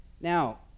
Now